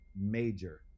major